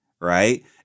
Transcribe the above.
right